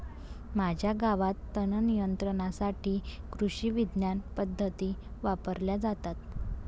माझ्या गावात तणनियंत्रणासाठी कृषिविज्ञान पद्धती वापरल्या जातात